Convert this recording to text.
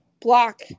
block